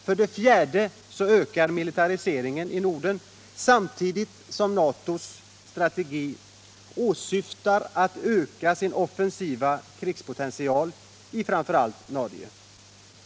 För det fjärde ökar militariseringen i Norden samtidigt som NATO genom sin strategi åsyftar att öka sin offensiva krigspotential i framför allt Norge.